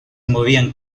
movían